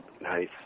Nice